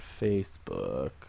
facebook